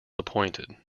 appointed